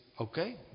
okay